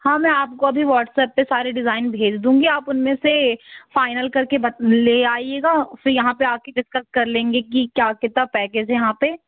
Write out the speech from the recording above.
हाँ मैं आपको अभी व्हाट्सएप पर सारे डिज़ाइन भेज दूँगी आप उन में से फाइनल कर के बस ले आइएगा फिर यहाँ पर आ कर डिस्कस कर लेंगे की क्या कितना पैकेज यहाँ पर